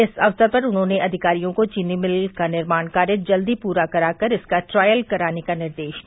इस अवसर पर उन्होंने अधिकारियों को चीनी मिल का निर्माण कार्य जल्द पूरा करा कर इसका ट्रायल कराने का निर्देश दिया